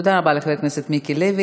תודה רבה לחבר הכנסת מיקי לוי.